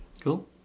Cool